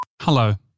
Hello